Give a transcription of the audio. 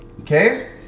Okay